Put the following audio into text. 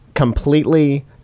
completely